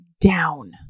down